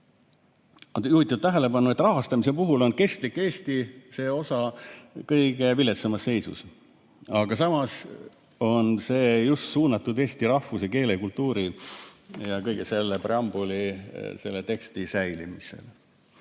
on juhtinud tähelepanu, et rahastamise puhul on kestliku Eesti osa kõige viletsamas seisus. Aga samas on see just suunatud eesti rahvuse, keele ja kultuuri ja kogu selle preambuli tekstis [toodu] säilimisele.